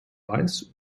weiß